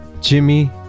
Jimmy